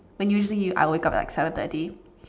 when usually I wake up at like seven thirty